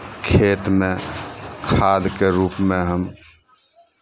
खेतमे खादके रूपमे हम